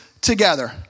together